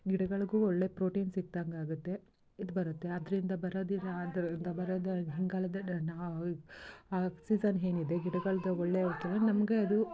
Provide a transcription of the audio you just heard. ಗಿಡಗಳಿಗೂ ಒಳ್ಳೆ ಪ್ರೋಟಿನ್ ಸಿಕ್ದಂತೆ ಆಗುತ್ತೆ ಇದು ಬರುತ್ತೆ ಅದರಿಂದ ಬರೋ ದಿನ ಆದರು ದ ಬರೋದು ಆಗಿನ ಕಾಲದ್ದು ಆಕ್ಸಿಝನ್ ಏನಿದೆ ಗಿಡಗಳದ್ದು ಒಳ್ಳೆ ಉತ್ತಮ ನಮಗೆ ಅದು